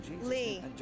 Lee